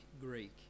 Greek